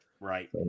Right